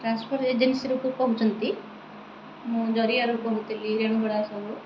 transport ଏଜେନ୍ସିରୁକୁ କହୁଛନ୍ତି ମୁଁ ଜରିଆରୁ କହୁଥିଲି ରେଣଗୁଡ଼ା ସବୁ